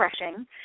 refreshing